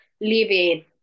living